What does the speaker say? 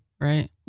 right